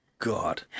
god